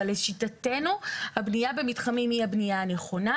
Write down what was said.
אבל לשיטתנו הבנייה במתחמים היא הבנייה הנכונה,